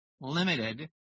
limited